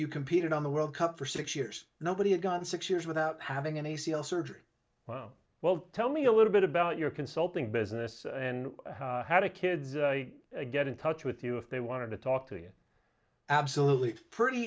you competed on the world cup for six years nobody had gone six years without having an a c l surgery well tell me a little bit about your consulting business and how to kids get in touch with you if they want to talk to you absolutely pretty